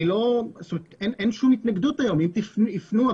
אין שום התנגדות היום אם ייפנו.